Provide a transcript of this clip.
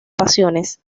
pasiones